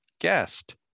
guest